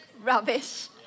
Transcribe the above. rubbish